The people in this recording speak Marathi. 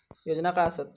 योजना काय आसत?